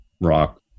rock